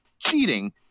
cheating